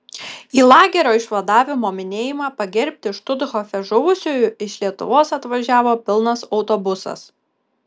į lagerio išvadavimo minėjimą pagerbti štuthofe žuvusiųjų iš lietuvos atvažiavo pilnas autobusas